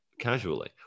casually